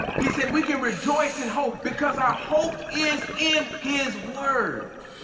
he said we can rejoice in hope because our hope is in his word.